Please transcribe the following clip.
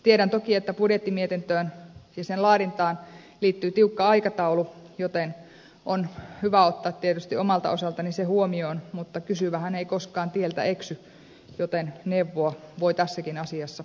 tiedän toki että budjettimietintöön ja sen laadintaan liittyy tiukka aikataulu joten on hyvä ottaa tietysti omalta osaltani se huomioon mutta kysyvähän ei koskaan tieltä eksy joten neuvoa voi tässäkin asiassa pyytää